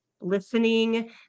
listening